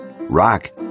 rock